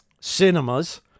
cinemas